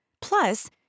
Plus